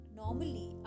normally